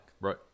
Right